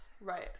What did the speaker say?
right